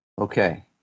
Okay